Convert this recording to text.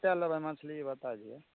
कते लेबय मछली ई बता दिअ